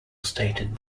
stated